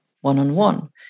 one-on-one